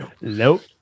Nope